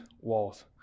walls